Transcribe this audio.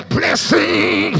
blessing